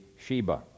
Sheba